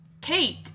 Kate